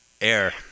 air